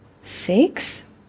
six